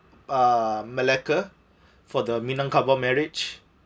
uh malacca for the minangkabau marriage